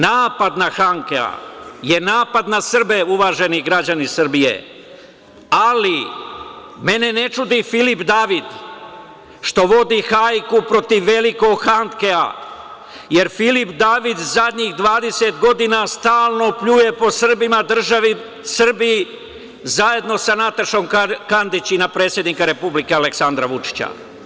Napad na Handkea je napad na Srbe uvaženi građani Srbije, ali mene ne čudi Filip David što vodu hajku protiv velikog Handkea, jer Filip David zadnjih 20 godina stalno pljuje po Srbima, državi Srbiji, zajedno sa Natašom Kandić i na predsednika Republike Aleksandra Vučića.